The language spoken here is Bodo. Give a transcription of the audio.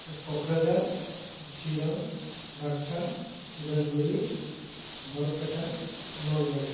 कक्राझार चिरां बागसा उदालगुरी बरपेटा नलबारि